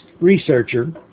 researcher